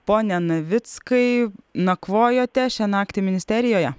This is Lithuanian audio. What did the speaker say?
pone navickai nakvojote šią naktį ministerijoje